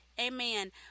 amen